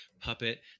puppet